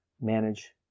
manage